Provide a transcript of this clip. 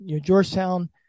Georgetown